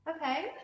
Okay